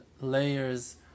layers